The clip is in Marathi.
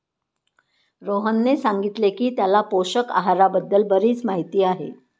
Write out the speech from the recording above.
रोहनने सांगितले की त्याला पोषक आहाराबद्दल बरीच माहिती आहे